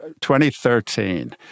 2013